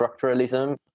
structuralism